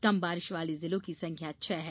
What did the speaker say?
कम बारिश वाले जिलों की संख्या छः है